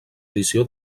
edició